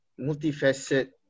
multifaceted